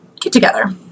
get-together